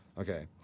Okay